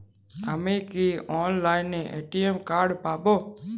আমি কি অনলাইনে এ.টি.এম কার্ড পাব?